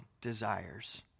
desires